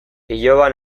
iloba